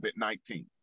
COVID-19